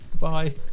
Bye